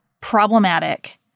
problematic